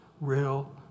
real